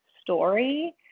story